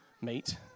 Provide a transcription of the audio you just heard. meet